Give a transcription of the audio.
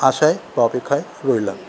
আশায় বা অপেক্ষায় রইলাম